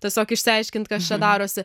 tiesiog išsiaiškint kas čia darosi